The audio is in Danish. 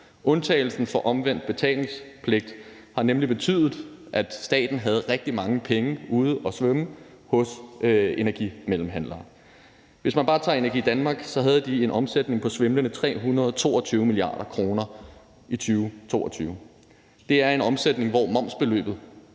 Undtagelsen fra omvendt betalingspligt har nemlig betydet, at staten havde rigtig mange penge ude at svømme hos energimellemhandlere. Hvis man bare tager Energi Danmark, havde de en omsætning på svimlende 322 mia. kr. i 2022. Det er en omsætning, hvor momsbeløbet